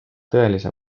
tõelise